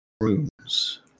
rooms